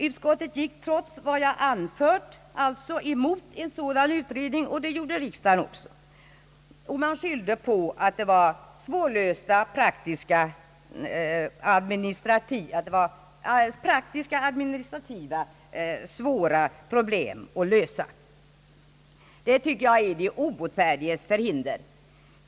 Utskottet gick, trots vad jag anfört, emot en sådan utredning, och det gjorde även riksdagen. Man skyllde på att det var praktiska och administrativa problem som var svåra att lösa. Det tycker jag är de obotfärdigas förhinder.